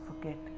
forget